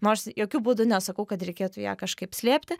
nors jokiu būdu nesakau kad reikėtų ją kažkaip slėpti